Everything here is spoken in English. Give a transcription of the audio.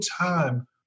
time